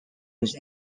his